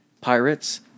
pirates